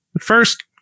First